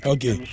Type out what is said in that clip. Okay